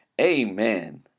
Amen